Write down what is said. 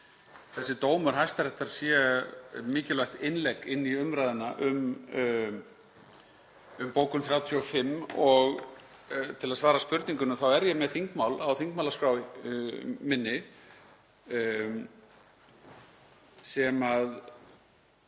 þessi dómur Hæstaréttar sé mikilvægt innlegg inn í umræðuna um bókun 35. Til að svara spurningunni þá er ég með þingmál á þingmálaskrá minni sem